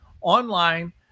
online